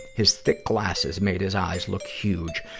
his thick glasses made his eye look huge,